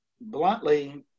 bluntly